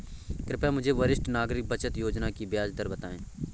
कृपया मुझे वरिष्ठ नागरिक बचत योजना की ब्याज दर बताएं?